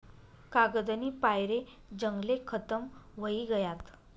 कागदनी पायरे जंगले खतम व्हयी गयात